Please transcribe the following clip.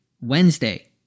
Wednesday